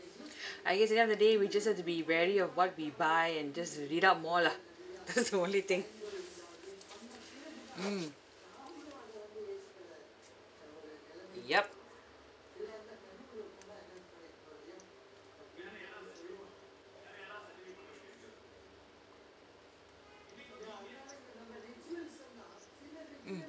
I guess at the end of the day we just have to be wary of what we buy and just read up more lah that's the only thing mm yup mm